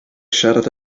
siarad